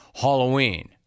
Halloween